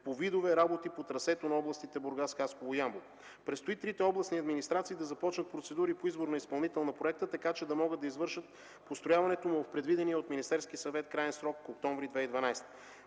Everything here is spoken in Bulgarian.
по видове работи по трасето на областите Бургас, Ямбол и Хасково. Предстои трите областни администрации да започнат процедури по избор на изпълнител на проекта, така че да могат да извършат построяването в предвидения му от Министерския съвет краен срок – октомври 2012